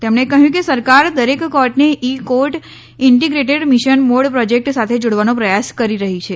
તેમણે કહયું કે સરકાર દરેક કોર્ટને e court integrated mission mode project સાથે જોડવાનો પ્રયાસ કરી રહી છે